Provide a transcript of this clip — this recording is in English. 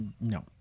No